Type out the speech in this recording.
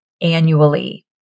annually